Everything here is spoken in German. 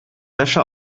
wäsche